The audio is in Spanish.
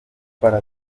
para